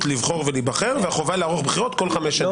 לבחור ולהיבחר והחובה לערוך בחירות כל חמש שנים.